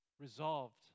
Resolved